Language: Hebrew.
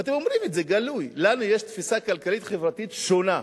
ואתם אומרים את זה בגלוי: לנו יש תפיסה כלכלית-חברתית שונה.